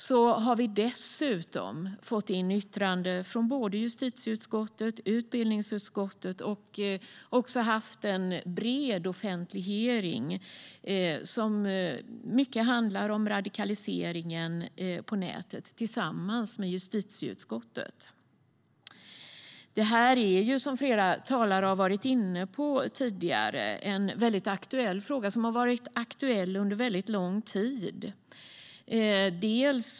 Vi har dessutom fått in yttranden från både justitieutskottet och utbildningsutskottet, och vi har även haft en bred offentlig hearing tillsammans med justitieutskottet som i mycket handlade om radikaliseringen på nätet. Som flera talare har varit inne på tidigare är detta en aktuell fråga, som har varit aktuell under lång tid.